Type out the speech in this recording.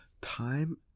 time